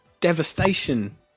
devastation